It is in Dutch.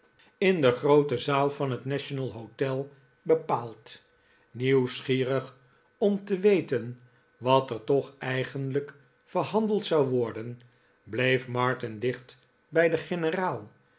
in de groote zaal van het national hotel bepaald nieuwsgierig om te weten wat er toch eigenlijk verhandeld zou worden bleef martin dicht bij den generaal